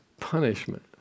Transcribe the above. punishment